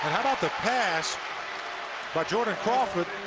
how about the pass by jordan crawford?